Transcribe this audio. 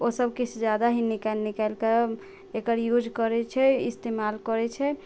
ओसभ किछु जादा हि निकालि निकालिके एकर यूज करै छै इस्तेमाल करै छै